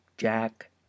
jack